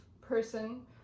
person